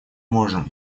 можем